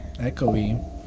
echoey